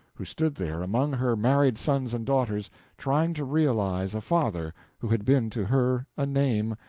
who stood there among her married sons and daughters trying to realize a father who had been to her a name,